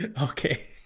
okay